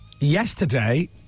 yesterday